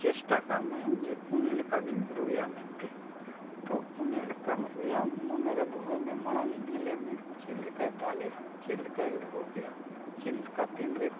ᱪᱮᱥᱴᱟ ᱠᱟᱜ ᱢᱮ ᱡᱮ ᱩᱱᱤ ᱞᱮᱠᱟᱜᱤᱧ ᱨᱩᱭᱟ ᱢᱮᱱᱛᱮ ᱛᱚ ᱩᱱᱤ ᱞᱮᱠᱟᱢ ᱨᱩᱭᱟ ᱢᱚᱱᱮᱨᱮ ᱫᱚᱦᱚᱭᱢᱮ ᱢᱟᱲᱟᱝᱤᱡ ᱧᱮᱞᱮᱢᱮ ᱪᱮᱫ ᱞᱮᱠᱟᱭ ᱫᱟᱞᱮᱜᱼᱟ ᱪᱮᱫ ᱞᱮᱠᱟᱭ ᱞᱩᱦᱩᱠᱮᱜᱼᱟ ᱪᱮᱫ ᱞᱮᱠᱟ ᱛᱤᱱ ᱨᱮ